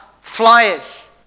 flyers